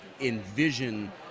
envision